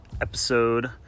episode